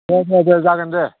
दे दे दे जागोन दे